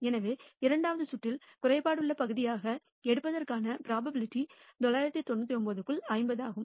எனவே இரண்டாவது சுற்றில் குறைபாடுள்ள பகுதியாக எடுப்பதற்கான ப்ரோபபிலிட்டி 999 க்குள் 50 ஆகும்